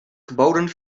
geboden